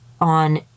on